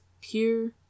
pure